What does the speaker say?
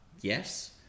yes